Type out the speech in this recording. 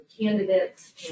candidates